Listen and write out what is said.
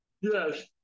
Yes